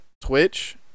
Twitch